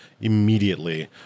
immediately